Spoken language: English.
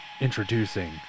introducing